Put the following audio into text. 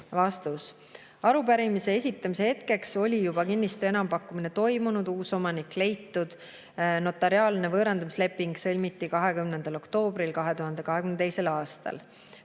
Arupärimise esitamise hetkeks oli kinnistu enampakkumine juba toimunud ja uus omanik leitud. Notariaalne võõrandamisleping sõlmiti 20. oktoobril 2022. aastal.